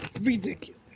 ridiculous